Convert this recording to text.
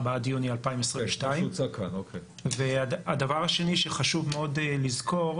עד יוני 2022. הדבר השני שחשוב מאוד לזכור,